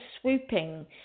swooping